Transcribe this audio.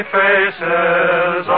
faces